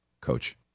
coach